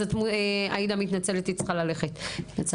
אז עאידה מתנצלת היא צריכה ללכת.